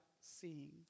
seeing